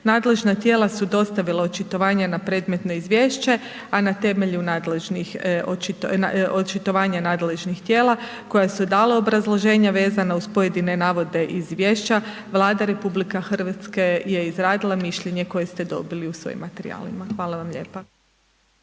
Nadležna tijela su dostavila očitovanja na predmetno izvješće, a na temelju nadležnih, očitovanja nadležnih tijela koja su dala obrazloženja vezano uz pojedine navode iz Izvješća, Vlada Republike Hrvatske je izradila mišljenje koje ste dobili u svojim materijalima. Hvala vam lijepa.